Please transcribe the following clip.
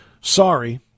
Sorry